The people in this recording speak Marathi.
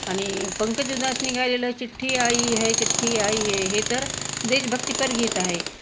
आणि पंकज उधासनी गायलेलं चिठ्ठी आई है चिठ्ठी आई है हे तर देशभक्तीपर गीत आहे